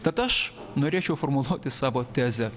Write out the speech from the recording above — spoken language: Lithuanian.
tad aš norėčiau formuluoti savo tezę